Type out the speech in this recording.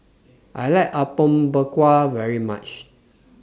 I like Apom Berkuah very much